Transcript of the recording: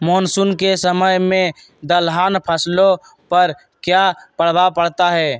Monsoon के समय में दलहन फसलो पर क्या प्रभाव पड़ता हैँ?